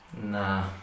Nah